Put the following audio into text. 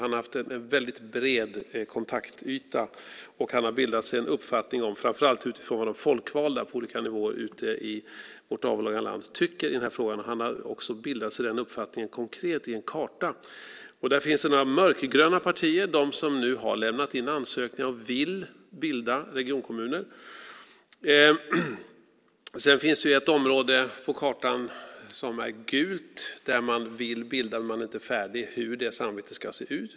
Han har haft en väldigt bred kontaktyta, och han har bildat sig en uppfattning framför allt utifrån vad de folkvalda på olika nivåer ute i vårt avlånga land tycker i den här frågan. Han har också uttryckt den uppfattningen konkret i en karta. Där finns det några mörkgröna partier, de som nu har lämnat in ansökningar och vill bilda regionkommuner. Sedan finns det ett område på kartan som är gult, där man vill bilda men inte är färdig med hur det samarbetet ska se ut.